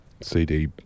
CD